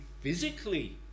physically